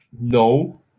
No